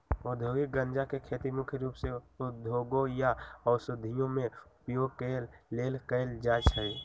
औद्योगिक गञ्जा के खेती मुख्य रूप से उद्योगों या औषधियों में उपयोग के लेल कएल जाइ छइ